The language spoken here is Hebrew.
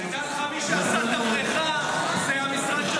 תדע לך, מי שעשה את הבריכה זה המשרד של